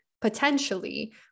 potentially